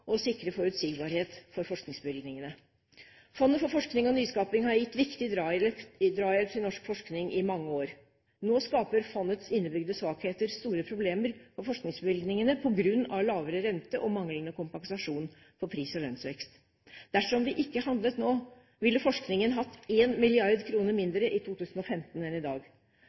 og sikre forutsigbarhet for forskningsbevilgningene. Fondet for forskning og nyskaping har gitt viktig drahjelp til norsk forskning i mange år. Nå skaper fondets innebygde svakheter store problemer for forskningsbevilgningene på grunn av lavere rente og manglende kompensasjon for pris- og lønnsvekst. Dersom vi ikke handlet nå, ville forskningen hatt 1 mrd. kr mindre i 2015 enn i dag.